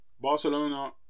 Barcelona